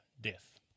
death